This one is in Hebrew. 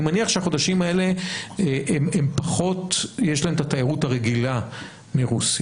אני מניח שהחודשים האלה פחות יש את התיירות הרגילה מרוסיה.